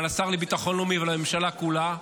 על השר לביטחון לאומי ועל הממשלה כולה.